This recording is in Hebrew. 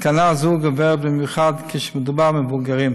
סכנה זו גוברת במיוחד כשמדובר במבוגרים.